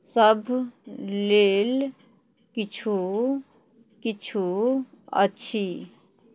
सभ लेल किछु किछु अछि